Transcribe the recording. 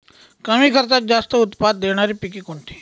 कमी खर्चात जास्त उत्पाद देणारी पिके कोणती?